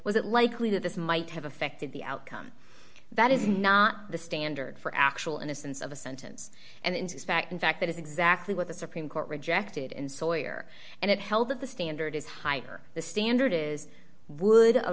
was it likely that this might have affected the outcome that is not the standard for actual innocence of a sentence and in fact in fact that is exactly what the supreme court rejected in sawyer and it held that the standard is higher the standard is would a